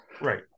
Right